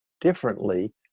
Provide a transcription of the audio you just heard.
differently